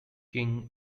king